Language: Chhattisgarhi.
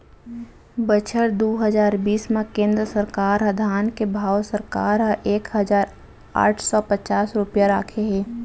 बछर दू हजार बीस म केंद्र सरकार ह धान के भाव सरकार ह एक हजार आठ सव पचास रूपिया राखे हे